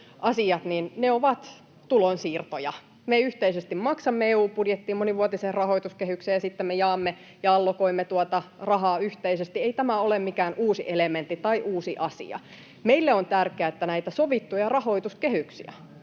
ovat tulonsiirtoja. Me yhteisesti maksamme EU:n budjettiin, monivuotiseen rahoituskehykseen, ja sitten me jaamme ja allokoimme tuota rahaa yhteisesti. Ei tämä ole mikään uusi elementti tai uusi asia. Meille on tärkeää, että näitä sovittuja rahoituskehyksiä